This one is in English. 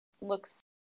looks